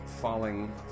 falling